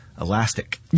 elastic